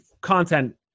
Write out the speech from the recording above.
content